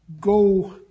go